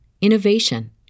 innovation